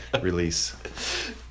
release